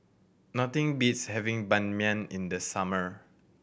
nothing beats having Ban Mian in the summer